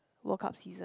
World Cup season